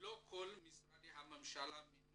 לא כל משרדי הממשלה מינו